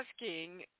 asking